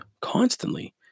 constantly